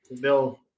Bill